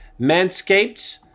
manscaped